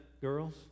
girls